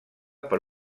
per